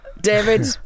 David